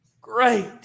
Great